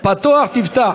"נתֹן תִתן".